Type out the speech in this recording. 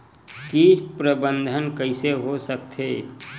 कीट प्रबंधन कइसे हो सकथे?